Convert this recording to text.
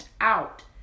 out